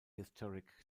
historic